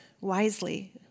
wisely